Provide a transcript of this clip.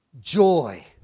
joy